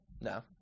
No